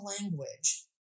language